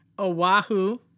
Oahu